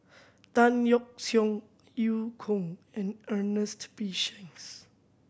Tan Yeok Seong Eu Kong and Ernest P Shanks